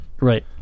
right